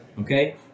Okay